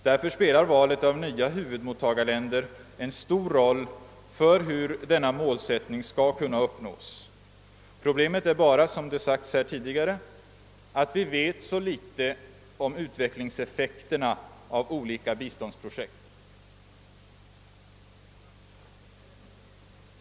Därför spelar valet av nya huvudmottagarländer en stor roll för möjligheterna att uppnå målsättningen. Problemet är bara, såsom tidigare framhållits under debatten, att vi vet så litet om utvecklingseffekterna av olika biståndsprojekt.